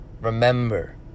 remember